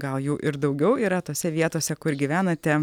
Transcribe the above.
gal jų ir daugiau yra tose vietose kur gyvenate